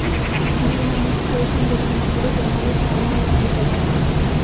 D మానిస్ట్రేషన్ జరిగినప్పుడు జనాలు శ్యానా ఇబ్బంది పడ్డారు